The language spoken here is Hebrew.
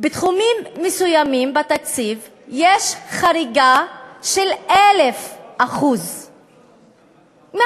בתחומים מסוימים בתקציב יש חריגה של 1,000% מהתקציב